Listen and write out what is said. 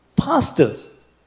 pastors